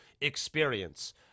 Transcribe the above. experience